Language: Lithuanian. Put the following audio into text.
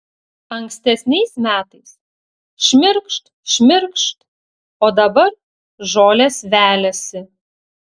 ankstesniais metais šmirkšt šmirkšt o dabar žolės veliasi